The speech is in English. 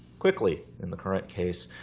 quickly, in the current case.